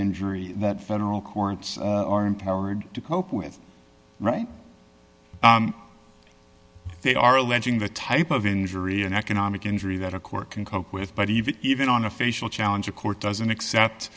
injury that federal courts are empowered to cope with right they are alleging the type of injury and economic injury that a court can cope with but even even on a facial challenge a court doesn't